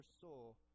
soul